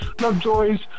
Lovejoy's